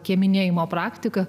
kieminėjimo praktika